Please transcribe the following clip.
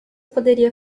poderia